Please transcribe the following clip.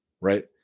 right